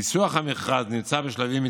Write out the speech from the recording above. ניסוח המכרז נמצא בשלבים מתקדמים,